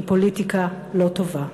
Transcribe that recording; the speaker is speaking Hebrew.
היא פוליטיקה לא טובה.